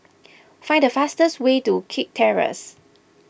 find the fastest way to Kirk Terrace